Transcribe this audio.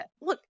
look